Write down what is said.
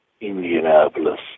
Indianapolis